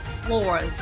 floors